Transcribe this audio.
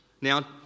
Now